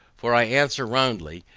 for i answer roundly,